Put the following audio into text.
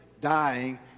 dying